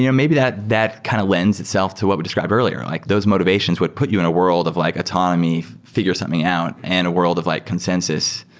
yeah maybe that that kind of lends itself to what we described earlier, like those motivations would put you in a world of like autonomy, figure something out and a world of like consensus.